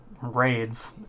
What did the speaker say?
raids